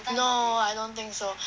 no I don't think so